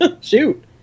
Shoot